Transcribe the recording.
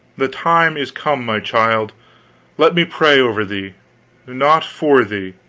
the time is come, my child let me pray over thee not for thee,